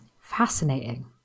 Fascinating